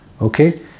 Okay